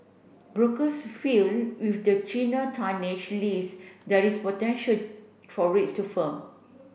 brokers feel with the thinner tonnage list there is potential for rates to firm